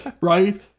right